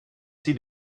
see